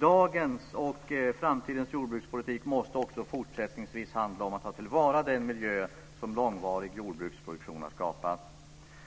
Dagens och framtidens jordbrukspolitik måste också fortsättningsvis handla om att ta till vara den miljö som långvarig jordbruksproduktion har skapat.